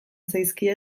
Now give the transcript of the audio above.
zaizkie